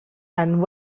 and